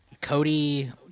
Cody